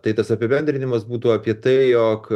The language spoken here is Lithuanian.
tai tas apibendrinimas būtų apie tai jog